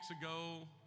ago